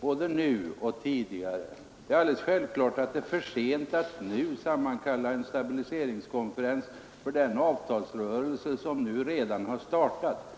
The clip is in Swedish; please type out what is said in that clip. både nu och tidigare, att det självfallet är för sent att nu sammankalla en stabiliseringskonferens för den avtalsrörelse som redan har startat.